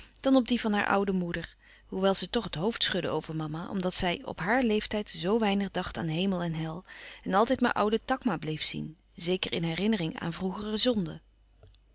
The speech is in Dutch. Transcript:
dan op die van haar oude moeder hoewel ze toch het hoofd schudde over mama omdat zij op haar leeftijd zoo weinig dacht aan hemel en hel en altijd maar ouden takma bleef zien zeker in herinnering aan vroegere zonde